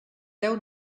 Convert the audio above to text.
deu